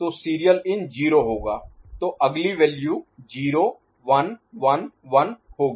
तो serial in 0 होगा तो अगली वैल्यू 0 1 1 1 होगी